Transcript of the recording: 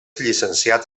llicenciat